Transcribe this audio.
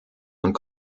und